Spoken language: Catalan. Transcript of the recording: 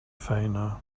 feina